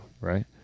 right